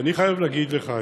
אני חייב להגיד לך,